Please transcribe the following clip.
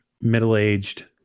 middle-aged